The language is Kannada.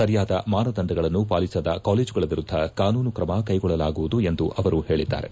ಸರಿಯಾದ ಮಾನದಂಡಗಳನ್ನು ಪಾಲಿಸದ ಕಾಲೇಜುಗಳ ವಿರುದ್ದ ಕಾನೂನು ಕ್ರಮ ಕೈಗೊಳ್ಳಲಾಗುವುದು ಎಂದು ಅವರು ಹೇಳದ್ದಾರೆ